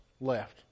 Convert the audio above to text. left